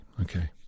Okay